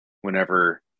Whenever